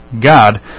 God